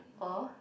or